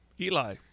Eli